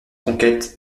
conquêtes